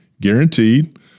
guaranteed